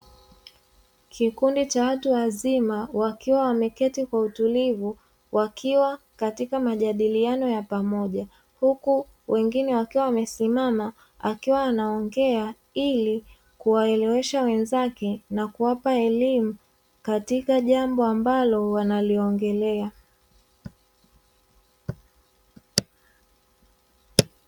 Kikundi cha watu wazima wakiwa wameketi kwa utulivu wakiwa katika majadiliano ya pamoja, huku wengine wakiwa wamesimama akiwa anaongea, ili kuwaelewesha wenzake na kuwapa elimu katika jambo ambalo wanaliongelea.